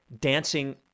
dancing